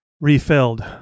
refilled